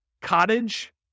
Cottage